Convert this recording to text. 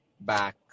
back